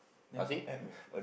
ah see